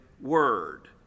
word